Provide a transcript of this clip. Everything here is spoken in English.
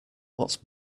what’s